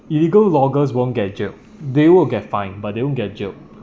illegal loggers won't get jail they will get fine but they won't get jail